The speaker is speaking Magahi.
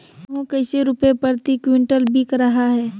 गेंहू कैसे रुपए प्रति क्विंटल बिक रहा है?